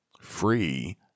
Free